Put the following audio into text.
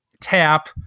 tap